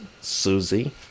Susie